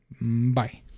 Bye